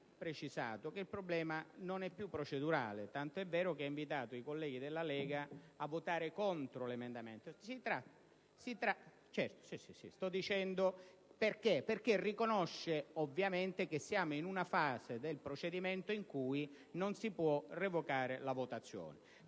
il problema non è più procedurale, tant'è vero che ha invitato i colleghi della Lega Nord a votare contro l'emendamento 4.300, riconoscendo che siamo in una fase del procedimento in cui non si può revocare la votazione.